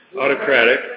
autocratic